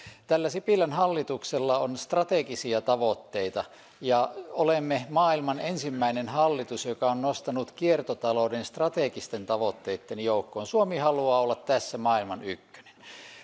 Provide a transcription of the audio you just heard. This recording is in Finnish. tällä sipilän hallituksella on strategisia tavoitteita ja olemme maailman ensimmäinen hallitus joka on nostanut kiertotalouden strategisten tavoitteitten joukkoon suomi haluaa olla tässä maailman ykkönen